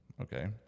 Okay